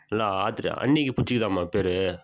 இல்லை ஆத்ரே அண்ணிக்கு பிடிச்சிக்குதாமா பேர்